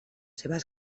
seves